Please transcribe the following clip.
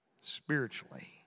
spiritually